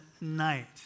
Night